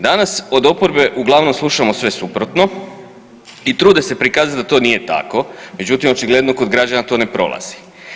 Danas od oporbe uglavnom slušamo sve suprotno i trude se prikazati da to nije tako, međutim, očigledno kod građana to ne prolazi.